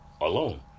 alone